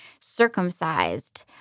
circumcised